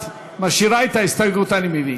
את משאירה את ההסתייגות, אני מבין?